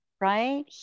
right